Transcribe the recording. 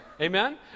Amen